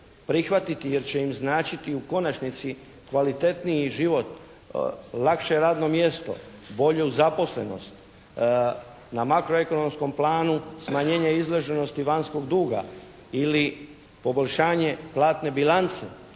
prihvatiti jer će im značiti u konačnici kvalitetniji život, lakše radno mjesto, bolju zaposlenost, na makroekonomskom planu smanjenje izloženosti vanjskog duga ili poboljšanje platne bilance.